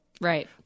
Right